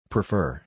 Prefer